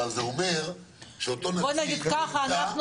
אבל זה אומר שאותו נציג -- בוא נגיד כך: אנחנו